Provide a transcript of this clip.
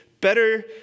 better